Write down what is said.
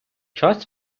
час